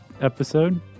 episode